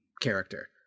character